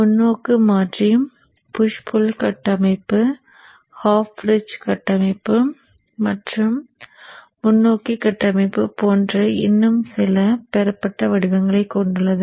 முன்னோக்கி மாற்றிபுஷ் புள் கட்டமைப்பு ஹாஃப் பிரிட்ஜ் கட்டமைப்பு மற்றும் முன்னோக்கி கட்டமைப்பு போன்ற இன்னும் சில பெறப்பட்ட வடிவங்களைக் கொண்டுள்ளது